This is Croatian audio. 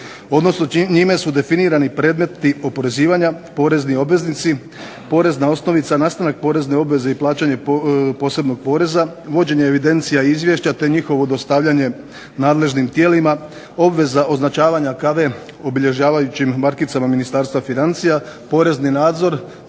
odnosno njime su definirani predmeti oporezivanja, porezni obveznici, porezna osnovica, nastanak porezne obveze i plaćanje posebnog poreza, uvođenje evidencija i izvješća te njihovo dostavljanje nadležnim tijelima, obveza označavanja kave obilježavajućim markicama Ministarstva financija, porezni nadzor,